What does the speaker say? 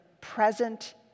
present